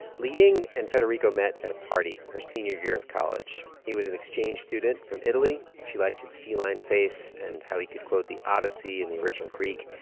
liying and federico met at a party her senior year of college. he was an exchange student from italy. she liked his feline face and how he could quote the odyssey in the original greek.